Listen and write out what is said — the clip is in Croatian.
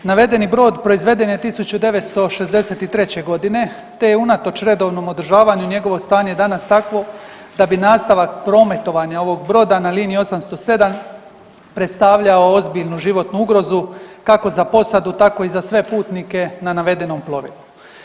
Navedeni brod proizveden je 1963. godine te je unatoč redovnom održavanju njegovo stanje danas takvo da bi nastavak prometovanja ovog broda na liniji 807 predstavljao ozbiljnu životnu ugrozu, kako za posadu tako i za sve putnike na navedenom plovilu.